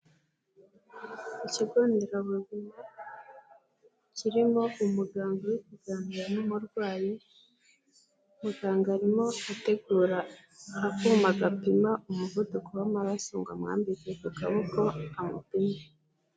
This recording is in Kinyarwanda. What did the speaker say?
Ikigo nderabuzima, kirimo umuganga urimo kuganira n'umurwayi, muganga arimo ategura akuma gapima umuvuduko w'amaraso ngo amwambike ku kaboko amupime.